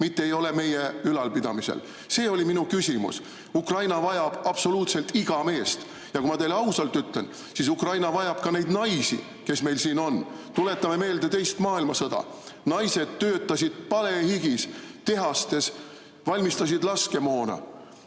mitte ei ole meie ülalpidamisel. See oli minu küsimus. Ukraina vajab absoluutselt iga meest, ja kui ma teile ausalt ütlen, siis Ukraina vajab ka neid naisi, kes meil siin on. Tuletame meelde teist maailmasõda, kui naised töötasid palehigis, tehastes valmistasid laskemoona,